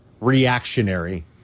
reactionary